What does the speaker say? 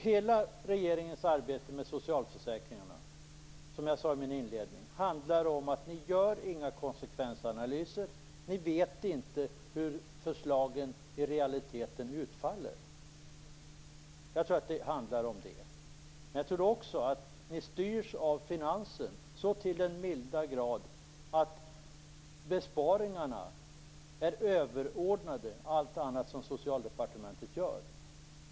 Hela regeringens arbete med socialförsäkringarna handlar om, som jag sade i min inledning, att ni inte gör några konsekvensanalyser och att ni inte vet hur förslagen i realiteten utfaller. Men jag tror också att ni styrs av Finansdepartementet så till den milda grad att besparingarna är överordnade allt annat som Socialdepartementet gör.